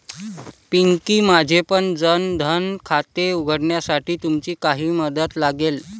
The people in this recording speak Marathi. पिंकी, माझेपण जन धन खाते उघडण्यासाठी तुमची काही मदत लागेल